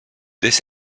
this